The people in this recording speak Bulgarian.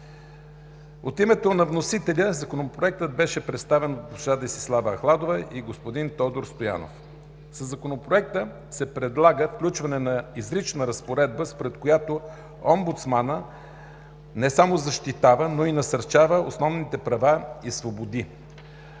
От името на вносителя Законопроектът беше представен от госпожа Десислава Ахладова и господин Тодор Стоянов. Със Законопроекта се предлага включване на изрична разпоредба, според която омбудсманът не само защитава, но и насърчава основните права и свободи.